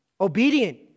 Obedient